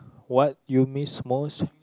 what you miss most